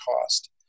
cost